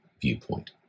viewpoint